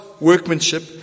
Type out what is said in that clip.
workmanship